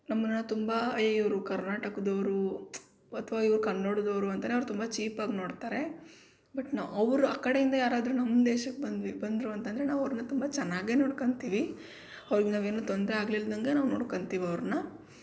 ನಮ್ಮನ್ನ ತುಂಬ ಏಯ್ ಇವರು ಕರ್ನಾಟಕದವ್ರು ಅಥವಾ ಇವ್ರು ಕನ್ನಡದವ್ರು ಅಂತನೇ ಅವ್ರು ತುಂಬ ಚೀಪಾಗಿ ನೋಡ್ತಾರೆ ಬಟ್ ನಾ ಅವ್ರು ಆ ಕಡೆಯಿಂದ ಯಾರಾದರೂ ನಮ್ಮ ದೇಶಕ್ಕೆ ಬಂದ್ವಿ ಬಂದ್ರು ಅಂತ ಅಂದರೆ ನಾವು ಅವರನ್ನ ತುಂಬ ಚೆನ್ನಾಗೇ ನೋಡ್ಕೊಂತೀವಿ ಅವ್ರಿಗೆ ನಾವೇನು ತೊಂದರೆ ಆಗಲಿಲ್ದಂಗೆ ನಾವು ನೋಡ್ಕಂತೀವಿ ಅವ್ರನ್ನ